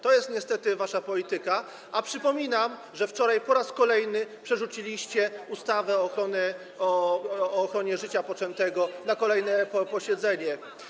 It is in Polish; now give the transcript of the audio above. To jest niestety wasza polityka, a przypominam, że wczoraj po raz kolejny przerzuciliście ustawę o ochronie życia poczętego na kolejne posiedzenie.